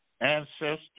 ancestors